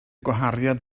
gwaharddiad